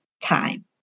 time